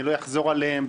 אני לא אחזור עליהם,